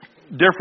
different